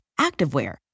activewear